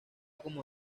como